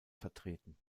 vertreten